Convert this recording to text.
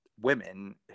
women